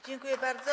Dziękuję bardzo.